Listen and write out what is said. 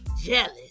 Jealous